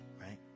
right